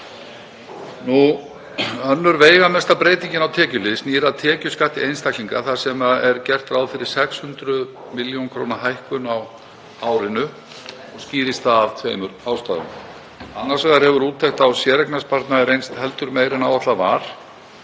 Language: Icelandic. Önnur veigamesta breytingin á tekjuhlið snýr að tekjuskatti einstaklinga þar sem gert er ráð fyrir 600 millj. kr. hækkun á árinu. Skýrist það af tveimur ástæðum. Annars vegar hefur úttekt á séreignarsparnaði reynst heldur meiri en áætlað var